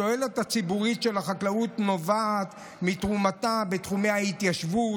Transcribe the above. התועלת הציבורית של החקלאות נובעת מתרומתה בתחומי ההתיישבות,